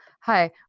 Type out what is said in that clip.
hi